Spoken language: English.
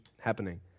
happening